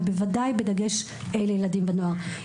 ובוודאי בדגש על ילדים ונוער.